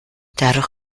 dadurch